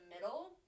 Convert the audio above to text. middle